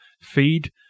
feed